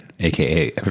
AKA